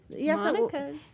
Monica's